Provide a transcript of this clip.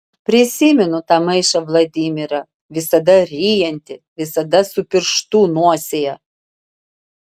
prisimenu tą maišą vladimirą visada ryjantį visada su pirštu nosyje